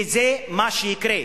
וזה מה שיקרה.